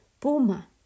puma